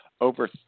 Over